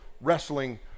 wrestling